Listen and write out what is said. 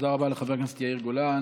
תודה רבה לחבר הכנסת יאיר גולן.